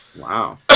Wow